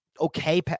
okay